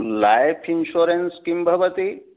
life insurance किं भवति